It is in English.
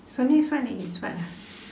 so next one is what ah